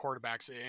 quarterbacks